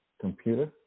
computer